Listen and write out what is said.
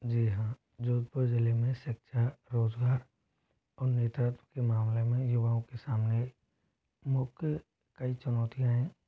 जी हाँ जोधपुर ज़िले में शिक्षा रोज़गार और नेतृत्व के मामले में युवाओं के सामने मुख्य कई चुनौतियाँ हैं